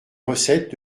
recettes